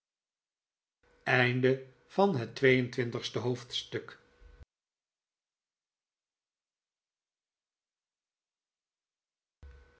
hoofdstuk van het drie en twintigste hoofdstuk